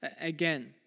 again